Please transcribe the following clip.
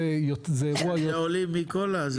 יש עולים מכל.